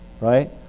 Right